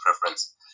preference